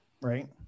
Right